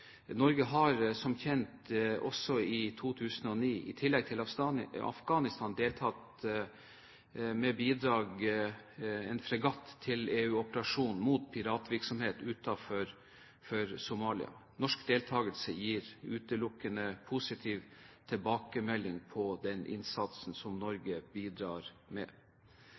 Norge har som kjent i 2009 i tillegg til deltakelsen i Afghanistan deltatt med en fregatt i en EU-operasjon mot piratvirksomhet utenfor Somalia. Deltakelsen gir utelukkende positive tilbakemeldinger på den innsatsen som Norge bidrar med.